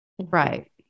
Right